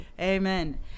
Amen